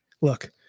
look